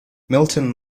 milton